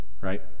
right